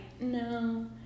no